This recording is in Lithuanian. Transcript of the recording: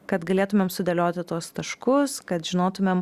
kad galėtumėm sudėlioti tuos taškus kad žinotumėm